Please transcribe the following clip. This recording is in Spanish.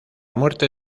muerte